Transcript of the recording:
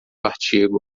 artigo